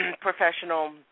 professional